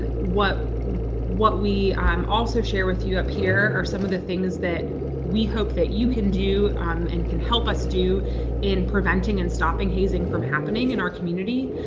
what what we um also share with you up here are some of the things that we hope that you can do um and can help us do in preventing and stopping hazing from happening in our community.